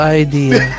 idea